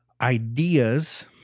ideas